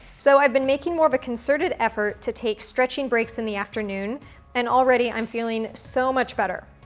so i've been making more of a concerted effort to take stretching breaks in the afternoon and already, i'm feeling so much better.